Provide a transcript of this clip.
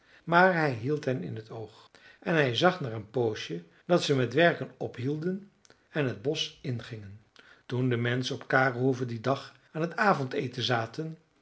maar hij hield hen in t oog en hij zag na een poosje dat ze met werken ophielden en het bosch ingingen toen de menschen op kare hoeve dien dag aan het avondeten zaten